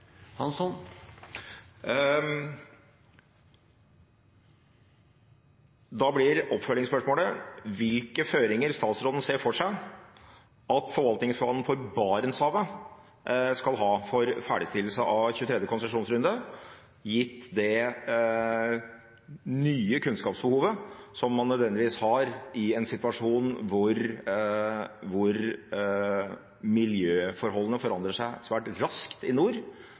Da blir oppfølgingsspørsmålet hvilke føringer statsråden ser for seg at forvaltningsplanen for Barentshavet skal ha for ferdigstillelse av 23. konsesjonsrunde, gitt det nye kunnskapsbehovet man nødvendigvis har i en situasjon hvor miljøforholdene forandrer seg svært raskt i nord